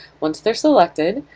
once they're selected,